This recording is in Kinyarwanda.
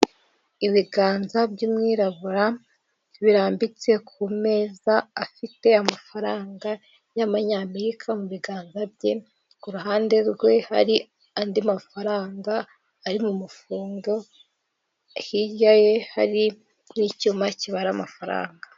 Ibiganza by'umwirabura birambitse ku meza, afite amafaranga y'abamanyamerika mu biganza bye, ku ruhande rwe hari andi mafaranga ari mu mufungo, hirya ye hari n'icyuma kibara amafaranga.